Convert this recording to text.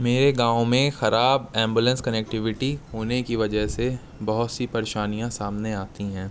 میرے گاؤں میں خراب ایمبولینس کنکٹیوٹی ہونے کی وجہ سے بہت سی پریشانیاں سامنے آتی ہیں